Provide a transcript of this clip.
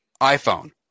iPhone